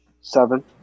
Seven